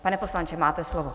Pane poslanče, máte slovo.